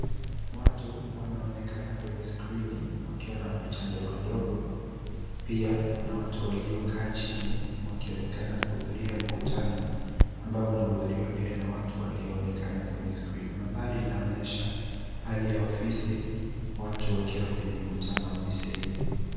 Watu wanaonekana kwenye skrini wakiwa na picha ndogo ndogo. Pia kuna watu waliokaa chini wakionekana kuhudhuria mkutano ambao unahudhuriwa pia na watu walioonekana kwenye skrini. Mandhari inaonyesha hali ya ofisi watu wakiwa kwenye mkutano ofisini.